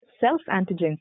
self-antigens